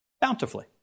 Bountifully